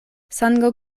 sango